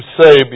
say